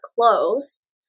close